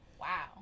Wow